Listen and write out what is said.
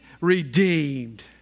redeemed